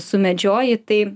sumedžioji tai